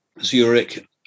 Zurich